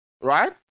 Right